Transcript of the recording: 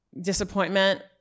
disappointment